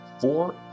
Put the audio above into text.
four